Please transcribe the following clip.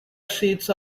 streets